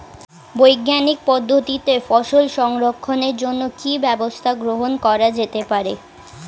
বৈজ্ঞানিক পদ্ধতিতে ফসল সংরক্ষণের জন্য কি ব্যবস্থা গ্রহণ করা যেতে পারে?